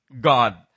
God